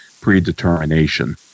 predetermination